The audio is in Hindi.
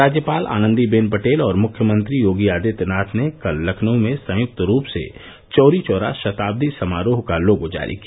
राज्यपाल आनन्दी बेन पटेल और मुख्यमंत्री योगी आदित्यनाथ ने कल लखनऊ में संयुक्त रूप से चौरीचौरा शताब्दी समारोह का लोगो जारी किया